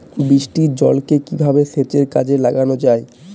বৃষ্টির জলকে কিভাবে সেচের কাজে লাগানো য়ায়?